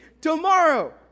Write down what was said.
Tomorrow